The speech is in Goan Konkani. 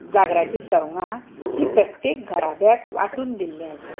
जागराची संवगां हीं प्रत्येक घराब्याक वांटून दिल्लीं आसा